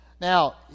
Now